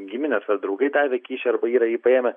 giminės ar draugai davė kyšį arba yrajį paėmę